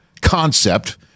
concept